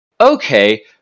okay